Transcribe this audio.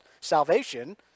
salvation